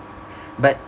but